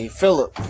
philip